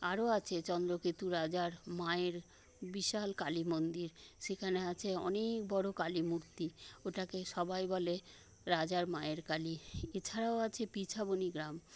আরও আছে চন্দ্রকেতু রাজার মায়ের বিশাল কালি মন্দির সেখানে আছে অনেক বড়ো কালি মূর্তি ওটাকে সবাই বলে রাজার মায়ের কালি এছাড়াও আছে পিছাবনি গ্রাম